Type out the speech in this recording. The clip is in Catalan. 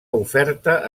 oferta